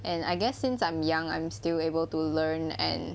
and I guess since I'm young I'm still able to learn and